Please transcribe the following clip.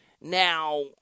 Now